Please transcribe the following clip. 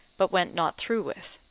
but went not through with.